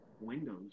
Windows